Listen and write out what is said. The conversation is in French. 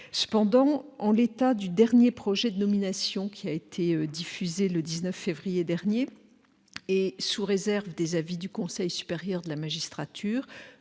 Toutefois, en l'état du dernier projet de nomination, diffusé le 19 février dernier, et sous réserve des avis du Conseil supérieur de la magistrature,